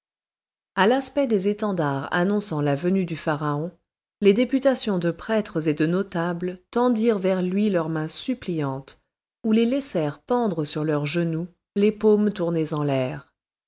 à l'aspect des étendards annonçant la venue du pharaon les députations de prêtres et de notables tendirent vers lui leurs mains suppliantes ou les laissèrent pendre sur leurs genoux les paumes tournées en l'air